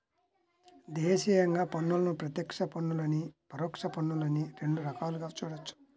దేశీయంగా పన్నులను ప్రత్యక్ష పన్నులనీ, పరోక్ష పన్నులనీ రెండు రకాలుగా చూడొచ్చు